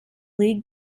league